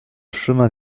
chemin